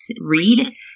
read